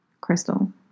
Crystal